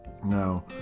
Now